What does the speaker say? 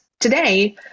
today